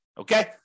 Okay